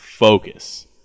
focus